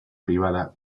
privada